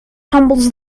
tumbles